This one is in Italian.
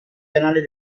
canale